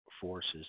forces